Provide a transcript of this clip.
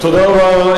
תודה רבה,